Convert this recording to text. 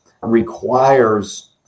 requires